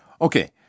Okay